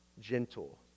gentle